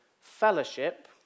fellowship